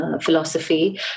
philosophy